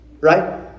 right